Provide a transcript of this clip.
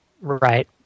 Right